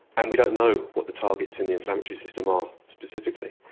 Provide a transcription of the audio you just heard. and we don't know what the targets in the inflammatory system are specifically,